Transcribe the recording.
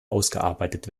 ausgearbeitet